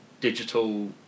digital